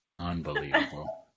Unbelievable